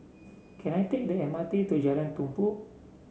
can I take the M R T to Jalan Tumpu